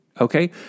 okay